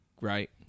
right